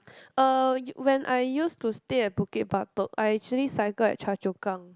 uh when I used to stay at Bukit-Batok I actually cycle at Choa-Chu-Kang